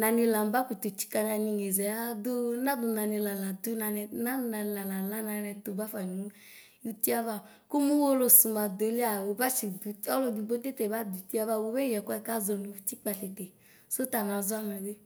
nanila bakutu tsitia naninyɛzɛ adu, nadu nanila ladɛ nanɛ, nadunanilalɛ nanɛtu bafe ntiaava. kumuwɔlɔsu nadulihaa tsutsidutiɛa… slɔdziɖɔ tete badutiɛava ubɛyiɛkue kazɔ nutitsɔ tete. Sutanazoame dui.